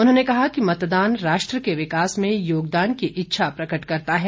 उन्होंने कहा कि मतदान राष्ट्र के विकास में योगदान की इच्छा प्रकट करता है